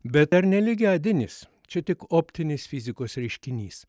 bet dar ne lygiadienis čia tik optinės fizikos reiškinys